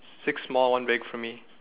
six small one big for me